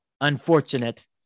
unfortunate